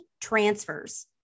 transfers